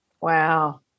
Wow